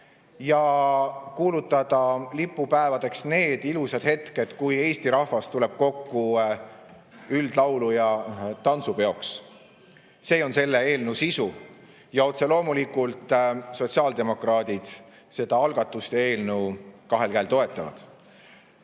ja kuulutada lipupäevadeks need ilusad hetked, kui Eesti rahvas tuleb kokku üldlaulu‑ ja ‑tantsupeoks? See on selle eelnõu sisu ja otse loomulikult sotsiaaldemokraadid seda algatust ja eelnõu kahel käel toetavad.